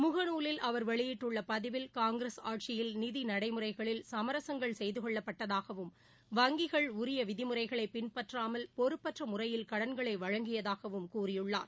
முகநூலில் அவர் வெளியிட்டுள்ள பதிவில் காங்கிரஸ் ஆட்சியில் நிதிநடைமுறைகளில் சமரசங்கள் செய்துக்கொள்ளப்பட்டதாகவும் வங்கிகள் உரிய விதிமுறைகளை பின்பற்றாமல் பொறுப்பற்ற முறையில் கடன்களை வழங்கியதாகவும் கூறியுள்ளார்